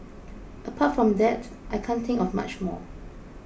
apart from that I can't think of much more